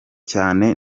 cyane